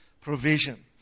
provision